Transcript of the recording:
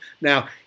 Now